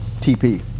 TP